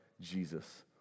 jesus